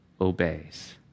obeys